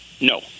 No